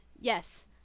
Yes